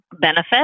benefit